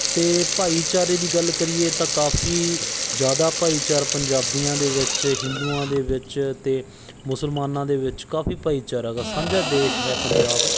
ਅਤੇ ਭਾਈਚਾਰੇ ਦੀ ਗੱਲ ਕਰੀਏ ਤਾਂ ਕਾਫ਼ੀ ਜ਼ਿਆਦਾ ਭਾਈਚਾਰ ਪੰਜਾਬੀਆਂ ਦੇ ਵਿੱਚ ਹਿੰਦੂਆਂ ਦੇ ਵਿੱਚ ਅਤੇ ਮੁਸਲਮਾਨਾਂ ਦੇ ਵਿੱਚ ਕਾਫ਼ੀ ਭਾਈਚਾਰਾ ਗਾ ਸਾਂਝਾ ਦੇਸ਼ ਹੈ ਪੰਜਾਬ